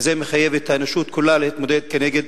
זה מחייב את האנושות כולה להתמודד כנגד